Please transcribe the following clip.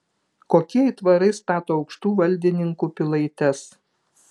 kokie aitvarai stato aukštų valdininkų pilaites